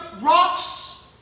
rocks